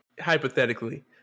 Hypothetically